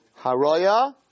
Haroya